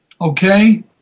Okay